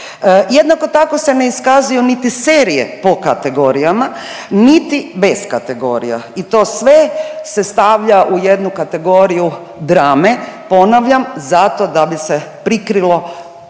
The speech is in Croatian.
Jednako tako se ne iskazuju niti serije po kategorijama niti bez kategorija i to sve se stavlja u jednu kategoriju drame, ponavljam, zato da bi se prikrilo kršenje